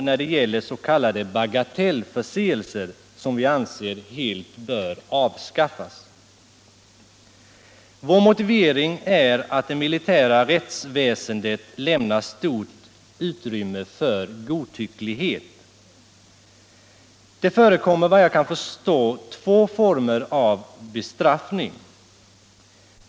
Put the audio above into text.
När det gäller s.k. bagatellförseelser anser vi dock att bestraffningarna helt bör avskaffas. Vår motivering är att det militära rättsväsendet lämnar stort utrymme för godtycklighet. Det förekommer såvitt jag kan förstå två former av bestraffning.